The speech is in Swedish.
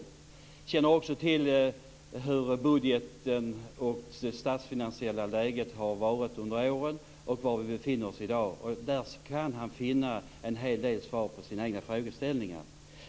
Han känner också till hur budgeten och det statsfinansiella läget har varit under åren och var vi befinner oss i dag. Då kan han finna en hel del svar på sina frågor.